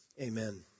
amen